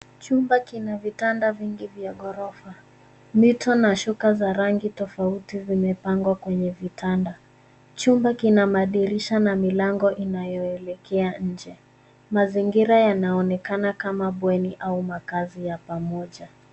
Chumba kina vitanda vingi vya ghorofa. Mito na shuka za rangi tofauti zimepangwa kwenye vitanda. Chumba kina madirisha na milango inayoelekea nje. Mazingira yanaonekana kama bweni au makazi ya pamoja.